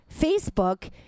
Facebook